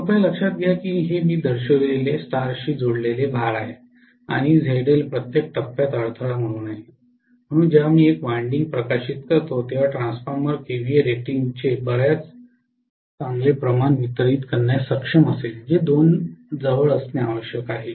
कृपया लक्षात घ्या की हे मी दर्शविलेले स्टारशी जोडलेले भार आहे आणि झेडएल प्रत्येक टप्प्यात अडथळा आहे म्हणून जेव्हा मी एक विंडिंग प्रकाशित करतो तेव्हा ट्रान्सफॉर्मर केव्हीए रेटिंगचे बराच चांगले प्रमाण वितरीत करण्यास सक्षम असेल जे दोन जवळ असणे आवश्यक आहे